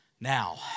Now